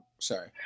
Sorry